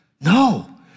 No